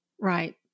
right